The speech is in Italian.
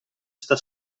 sta